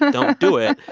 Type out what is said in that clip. and don't do it.